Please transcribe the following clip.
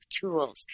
tools